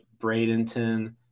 Bradenton